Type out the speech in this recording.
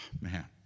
man